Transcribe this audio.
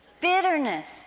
bitterness